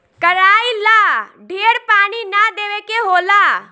कराई ला ढेर पानी ना देवे के होला